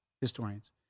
historians